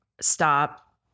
stop